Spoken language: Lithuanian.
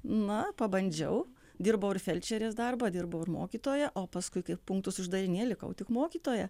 na pabandžiau dirbau ir felčerės darbą dirbau ir mokytoja o paskui kai punktus uždarinėjo likau tik mokytoja